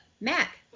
Mac